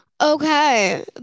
Okay